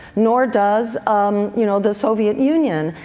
neither does um you know the soviet union.